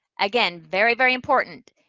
again, very, very important.